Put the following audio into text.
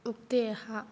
उक्तयः